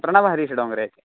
Pranav Harish Dongre